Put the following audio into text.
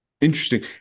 Interesting